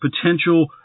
potential